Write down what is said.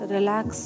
Relax